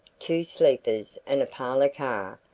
two sleepers and a parlor car,